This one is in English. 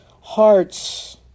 hearts